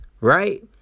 right